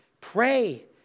Pray